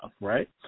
right